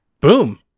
boom